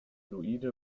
luise